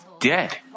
dead